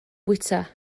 bwyta